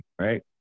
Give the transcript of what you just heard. right